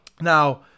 now